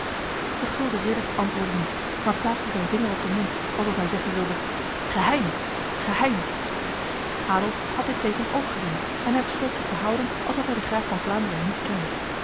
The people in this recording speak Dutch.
de gulden ridder antwoordde niet maar plaatste zijn vinger op de mond alsof hij zeggen wilde geheim geheim adolf had dit teken ook gezien en hij besloot zich te houden alsof hij de graaf van vlaanderen niet kende